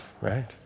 right